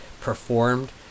performed